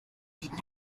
did